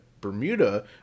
Bermuda